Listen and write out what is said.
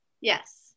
Yes